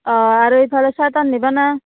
অঁ আৰু এইফালে চাৰ্টা নিবানে